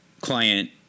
client